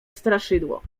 straszydło